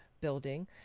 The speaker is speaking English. building